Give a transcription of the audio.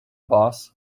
boss